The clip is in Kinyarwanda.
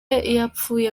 yapfuye